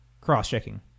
cross-checking